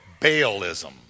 Baalism